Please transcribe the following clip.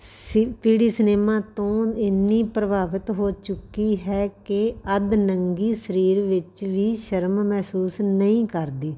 ਸਸਿ ਪੀੜ੍ਹੀ ਸਿਨੇਮਾ ਤੋਂ ਇੰਨੀ ਪ੍ਰਭਾਵਿਤ ਹੋ ਚੁੱਕੀ ਹੈ ਕਿ ਅੱਧ ਨੰਗੀ ਸਰੀਰ ਵਿੱਚ ਵੀ ਸ਼ਰਮ ਮਹਿਸੂਸ ਨਹੀਂ ਕਰਦੀ